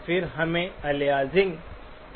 फिर हमें अलियासिंग की समस्या है